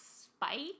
Spike